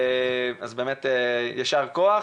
אז יישר כוח.